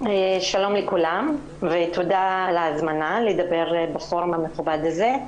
שלום לכולם ותודה על ההזמנה לדבר בפורום המכובד הזה.